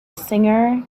singer